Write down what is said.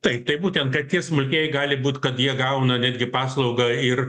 taip tai būtent kad tie smulkieji gali būt kad jie gauna netgi paslaugą ir